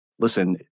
listen